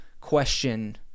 question